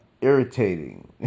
irritating